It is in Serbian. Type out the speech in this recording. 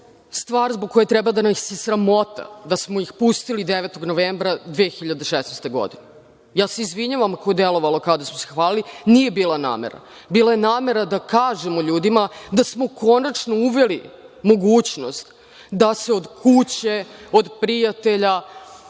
stvar zbog koje treba da nas je sramota, da smo ih pustili 9. novembra 2016. godine. Ja se izvinjavam ako je delovalo kao da smo se hvalili. Nije bila namera. Bila je namera da kažemo ljudima da smo konačno uveli mogućnost da se od kuće, od prijatelja,